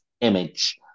image